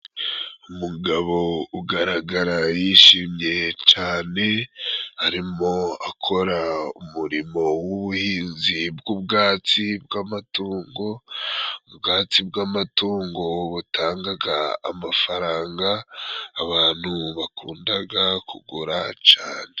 Umugabo ugaragara yishimye cane, arimo akora umurimo w'ubuhinzi bw'ubwatsi bw'amatungo, ubwatsi bw'amatungo butangaga amafaranga abantu bakundaga kugura cane.